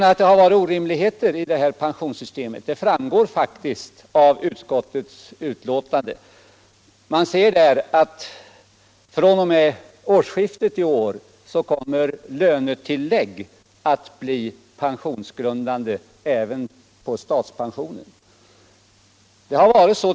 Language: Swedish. Att det har funnits orimligheter i det statliga pensionssystemet framgår faktiskt av utskottets betänkande. Det sägs där att fr.o.m. det förestående årsskiftet kommer lönetillägg att bli pensionsgrundande även när det gäller statspensionen.